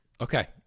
Okay